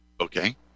okay